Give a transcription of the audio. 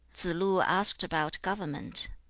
tsze-lu asked about government.